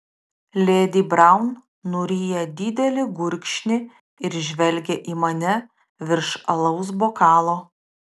ledi braun nuryja didelį gurkšnį ir žvelgia į mane virš alaus bokalo